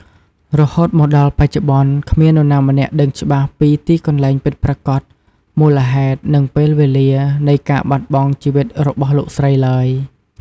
រហូតមកដល់បច្ចុប្បន្ន គ្មាននរណាម្នាក់ដឹងច្បាស់ពី ទីកន្លែងពិតប្រាកដ មូលហេតុ និងពេលវេលា នៃការបាត់បង់ជីវិតរបស់លោកស្រីឡើយ។